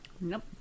Nope